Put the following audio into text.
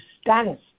status